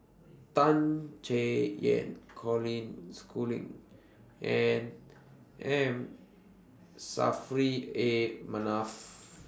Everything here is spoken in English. Tan Chay Yan Colin Schooling and M Saffri A Manaf